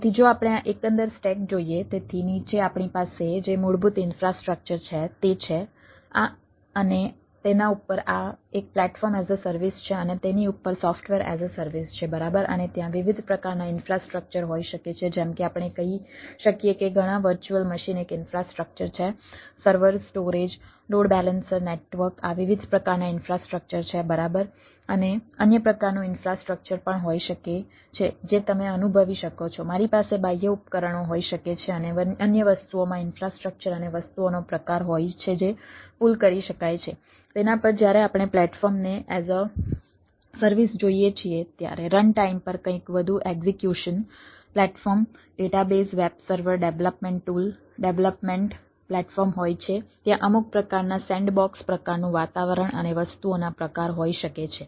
તેથી જો આપણે આ એકંદર સ્ટેક પ્રકારનું વાતાવરણ અને વસ્તુઓના પ્રકાર હોઈ શકે છે